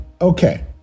Okay